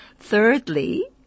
thirdly